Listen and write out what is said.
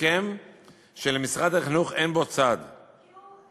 הסכם שמשרד החינוך איננו צד בו.